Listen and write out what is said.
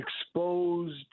exposed